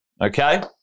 okay